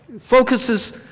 focuses